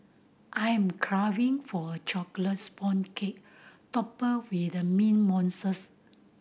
I am craving for a chocolate sponge cake topped with mint mousses